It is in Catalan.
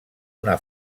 una